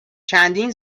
چندین